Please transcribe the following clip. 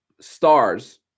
stars